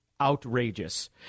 outrageous